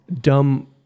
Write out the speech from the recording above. dumb